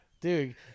Dude